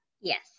Yes